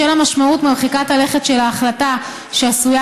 בשל המשמעות מרחיקת הלכת של החלטה שעשויה